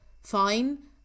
fine